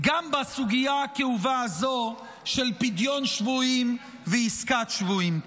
גם בסוגיה הכאובה הזו של פדיון שבויים ועסקת שבויים.